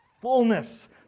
fullness